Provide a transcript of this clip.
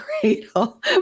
cradle